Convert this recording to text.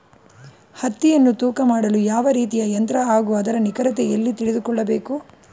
ಹತ್ತಿಯನ್ನು ತೂಕ ಮಾಡಲು ಯಾವ ರೀತಿಯ ಯಂತ್ರ ಹಾಗೂ ಅದರ ನಿಖರತೆ ಎಲ್ಲಿ ತಿಳಿದುಕೊಳ್ಳಬೇಕು?